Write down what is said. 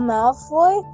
Malfoy